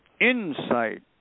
Insight